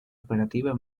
operativa